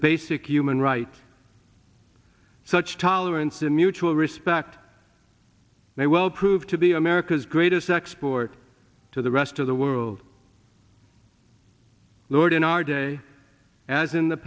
basic human right such tolerance and mutual respect they will prove to be america's greatest export to the rest of the world lord in our day as in the